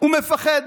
הוא מפחד.